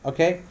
Okay